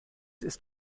ist